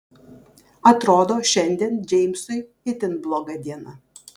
atrodo šiandien džeimsui itin bloga diena